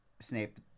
Snape